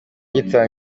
imvura